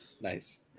Nice